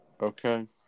Okay